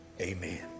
amen